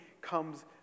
comes